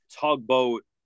Tugboat